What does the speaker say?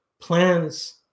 plans